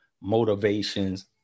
motivations